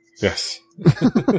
Yes